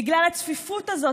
בגלל הצפיפות הזאת,